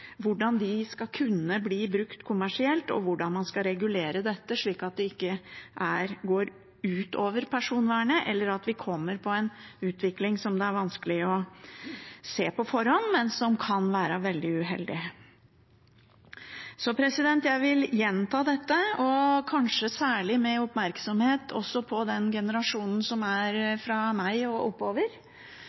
skal kunne bli brukt kommersielt, og hvordan man skal regulere dette, slik at det ikke går ut over personvernet, eller at man kommer i en utvikling som det er vanskelig å se på forhånd, men som kan være veldig uheldig. Jeg vil gjenta dette, og kanskje særlig med oppmerksomhet rettet mot den generasjonen som er på alder med meg og oppover,